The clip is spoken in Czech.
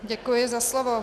Děkuji za slovo.